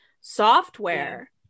software